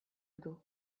ditu